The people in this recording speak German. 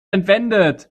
entwendet